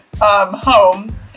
home